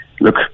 Look